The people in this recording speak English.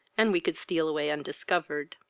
and we could steal away undiscovered.